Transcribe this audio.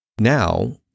Now